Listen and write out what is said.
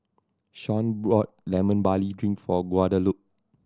Sean bought Lemon Barley Drink for Guadalupe